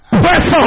press